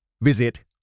Visit